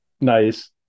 Nice